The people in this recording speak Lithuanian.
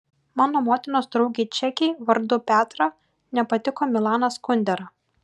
mano motinos draugei čekei vardu petra nepatiko milanas kundera